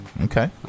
Okay